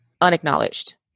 unacknowledged